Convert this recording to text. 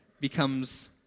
becomes